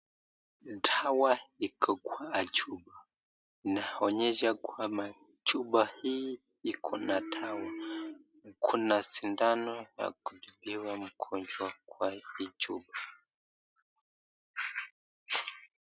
Dawa iko kwa chupa na inaonyesha kwamba chupa hii iko na dawa kuna sindano ya kudungia mgonjwa kwa hii chupa.